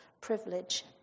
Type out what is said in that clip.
privilege